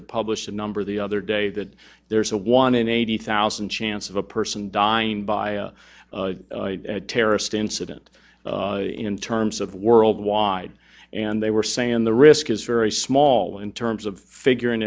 the publisher number the other day that there's a one in eighty thousand chance of a person dying by a terrorist incident in terms of worldwide and they were saying the risk is very small in terms of figuring